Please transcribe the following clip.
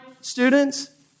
students